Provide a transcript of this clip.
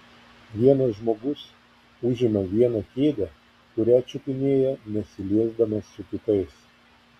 vienas žmogus užima vieną kėdę kurią čiupinėja nesiliesdamas su kitais